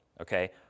okay